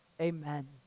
amen